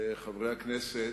חברי הכנסת,